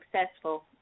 successful